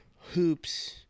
hoops